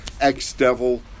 ex-Devil